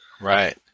Right